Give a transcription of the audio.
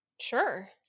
sure